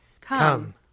Come